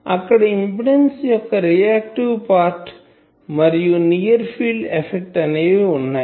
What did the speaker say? అక్కడ ఇంపిడెన్సు యొక్క reactive part మరియు నియర్ ఫీల్డ్ ఎఫెక్ట్ అనేవి వున్నాయి